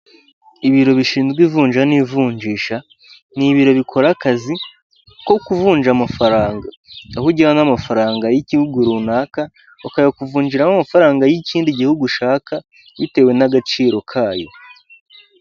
Ibiro bishinzwe ivunja n'ivunjisha, ni ibiro bikora akazi ko kuvunja amafaranga aho ujyana amafaranga y'igihugu runaka bakayakuvunjiramo amafaranga y'ikindi gihugu ushaka bitewe n'agaciro kayo.